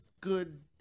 good